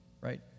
right